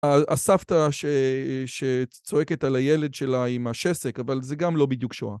הסבתא שצועקת על הילד שלה עם השסק, אבל זה גם לא בדיוק שואה.